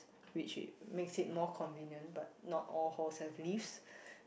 which it makes it more convenient but not all halls have lifts